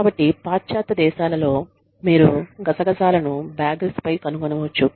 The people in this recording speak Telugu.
కాబట్టి పాశ్చాత్య దేశాలలో మీరు గసగసాలను బాగెల్స్ పై కనుగొనవచ్చు